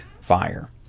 fire